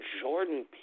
jordan